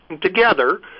...together